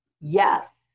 Yes